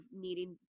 needing